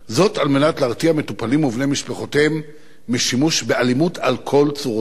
זאת על מנת להרתיע מטופלים ובני משפחותיהם משימוש באלימות על צורותיה.